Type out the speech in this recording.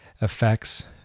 effects